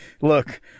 Look